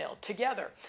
together